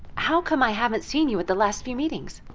how come i haven't seen you at the last few meetings?